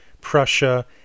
Prussia